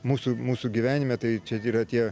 mūsų mūsų gyvenime tai čia yra tie